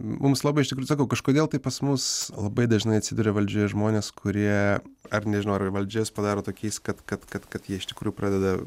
mums labai iš tikrųjų sakau kažkodėl tai pas mus labai dažnai atsiduria valdžioje žmonės kurie ar nežinau ar ir valdžia juos padaro tokiais kad kad kad kad jie iš tikrųjų pradeda